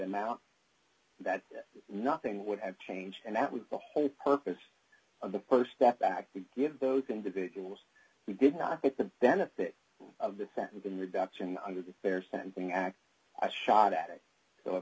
amount that nothing would have changed and that was the whole purpose of the st step back to give those individuals who did not get the benefit of the sentencing reduction under the fair spending act i shot at